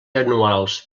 anuals